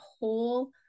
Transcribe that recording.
whole